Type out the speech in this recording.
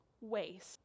waste